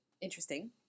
interesting